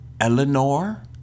Eleanor